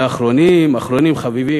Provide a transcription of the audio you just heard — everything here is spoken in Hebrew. ואחרונים אחרונים חביבים,